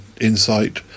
Insight